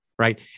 Right